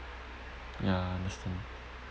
ya understand